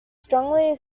strongly